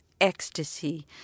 ecstasy